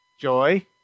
joy